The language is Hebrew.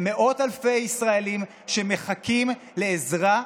למאות אלפי ישראלים שמחכים לעזרה,